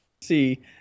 See